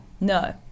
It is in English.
No